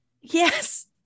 Yes